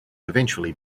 eventually